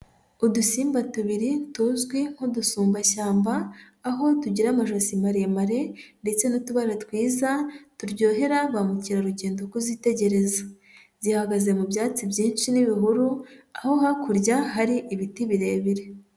Udusimba tubiri tuzwi nk'udusumbashyamba aho tugira amajosi maremare ndetse n'utubara twiza turyohera ba mukerarugendo kuzitegereza, zihagaze mu byatsi byinshi n'ibihuru aho hakurya hari ibiti birebire.